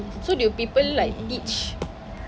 so do people like teach